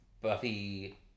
Buffy